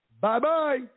Bye-bye